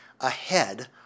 ahead